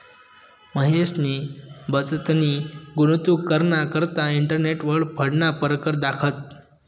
महेशनी बचतनी गुंतवणूक कराना करता इंटरनेटवर फंडना परकार दखात